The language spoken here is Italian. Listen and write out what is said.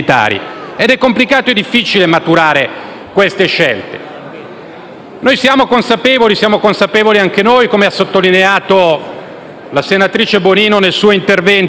complicato e difficile maturare queste scelte. Siamo consapevoli anche noi - come ha sottolineato la senatrice Bonino nel suo intervento